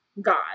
god